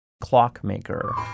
clockmaker